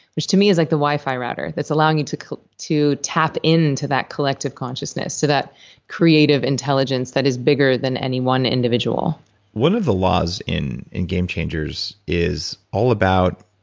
which to me is like the wifi router that's allowing you to to tap into that collective consciousness, to that creative intelligence that is bigger than any one individual one of the laws in in game changers is all about